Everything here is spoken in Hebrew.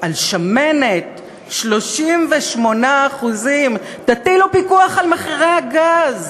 על שמנת 38%. תטילו פיקוח על מחירי הגז,